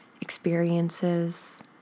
experiences